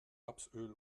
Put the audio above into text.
rapsöl